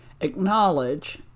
Acknowledge